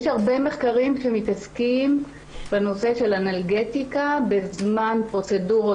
יש הרבה מחקרים שמתעסקים בנושא של אנלגטיקה בזמן פרוצדורות,